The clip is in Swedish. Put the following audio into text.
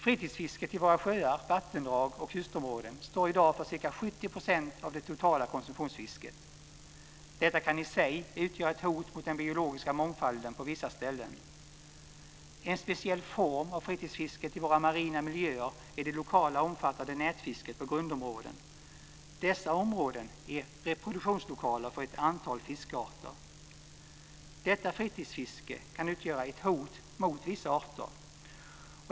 Fritidsfisket i våra sjöar, vattendrag och kustområden står i dag för ca 70 % av det totala konsumtionsfisket. Detta kan i sig utgöra ett hot mot den biologiska mångfalden på vissa ställen. En speciell form av fritidsfiske i våra marina miljöer är det lokala omfattande nätfisket på grunda områden. Dessa områden är reproduktionslokaler för ett antal fiskarter. Detta fritidsfiske kan utgöra ett hot mot vissa arter.